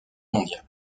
mondiale